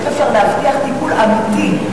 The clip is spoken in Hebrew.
איך אפשר להבטיח טיפול אמיתי,